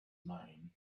mind